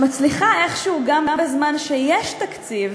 שמצליחה איכשהו גם בזמן שיש תקציב